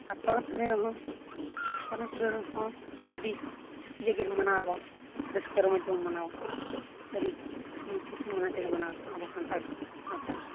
ᱯᱚᱨᱚᱵᱽ ᱯᱩᱱᱟᱹᱭ ᱨᱮᱦᱚᱸ ᱟᱹᱰᱤ ᱤᱭᱟᱹᱜᱮ ᱢᱟᱱᱟᱣᱟᱵᱚᱱ ᱵᱮᱥ ᱠᱟᱨ ᱛᱮᱵᱚᱱ ᱢᱟᱱᱟᱣᱟ ᱟᱹᱰᱤ ᱠᱩᱥᱤ ᱢᱚᱱᱮ ᱛᱮᱜᱮ ᱢᱟᱱᱟᱣᱟᱵᱚᱱ ᱟᱵᱚ ᱥᱟᱱᱛᱟᱲ ᱥᱟᱶᱛᱟ ᱨᱮᱫᱚ